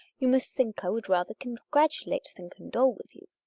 you must think i would rather congratulate than condole with you.